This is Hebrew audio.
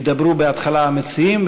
ידברו בהתחלה המציעים,